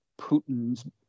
Putin's